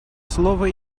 слово